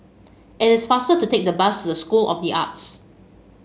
it is faster to take the bus to School of the Arts